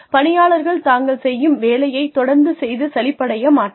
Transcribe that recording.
பணியாளர்கள் தாங்கள் செய்யும் வேலையைத் தொடர்ந்து செய்து சலிப்படைய மாட்டார்கள்